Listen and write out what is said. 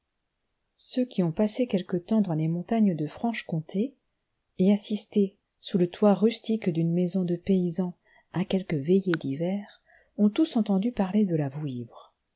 ceux qui ont passé quelque temps dans les montagnes de franche-comté et assisté sous le toit rustique d'une maison de paysan à quelque veillée d'hiver ont tous entendu parler de la